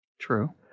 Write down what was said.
True